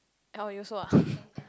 ah you also ah